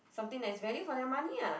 something that is value for their money ah